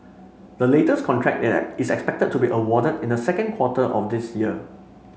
the latest contract is that is expected to be awarded in the second quarter of this year